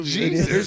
Jesus